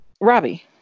Robbie